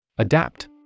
Adapt